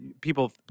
people